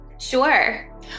Sure